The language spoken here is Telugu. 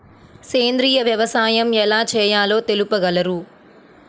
సేంద్రీయ వ్యవసాయం ఎలా చేయాలో తెలుపగలరు?